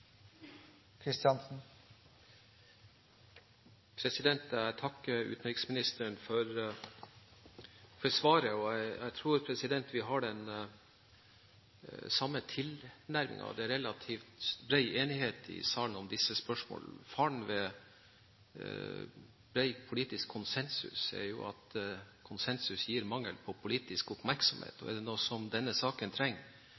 utenriksministeren for svaret. Jeg tror vi har den samme tilnærmingen. Det er relativt bred enighet i salen om disse spørsmålene. Faren ved bred politisk konsensus er at konsensus gir mangel på politisk oppmerksomhet,